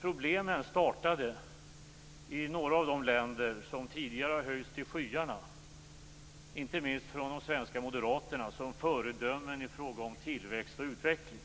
Problemen startade i några av de länder som tidigare har höjts till skyarna - inte minst av de svenska moderaterna - som föredömen i fråga om tillväxt och utveckling;